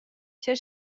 tgei